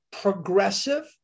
progressive